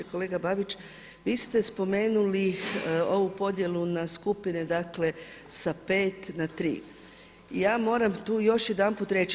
Kolega Babić, vi ste spomenuli ovu podjelu na skupine dakle sa 5 na 3. Ja moram tu još jedanput reći.